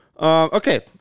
Okay